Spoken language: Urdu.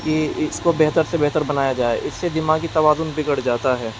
کہ اس کو بہتر سے بہتر بنایا جائے اس سے دماغی توازن بگڑ جاتا ہے